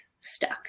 stuck